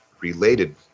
related